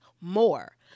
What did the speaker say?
more